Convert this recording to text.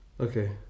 Okay